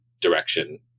direction